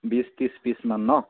বিছ ত্ৰিছ পিছমান ন